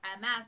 MS